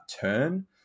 turn